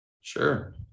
Sure